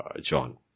John